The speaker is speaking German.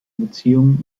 beziehung